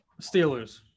Steelers